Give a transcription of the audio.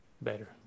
better